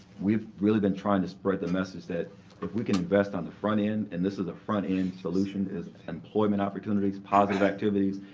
we've really been trying to spread the message that if we can invest on the front end and this is a front end solution, it is employment opportunities, positive activities,